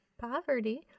poverty